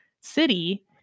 city